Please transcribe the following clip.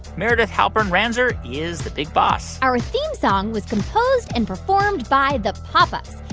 meredith halpern-ranzer is the big boss our theme song was composed and performed by the pop ups.